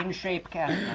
um shape cast